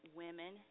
women